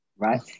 right